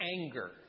anger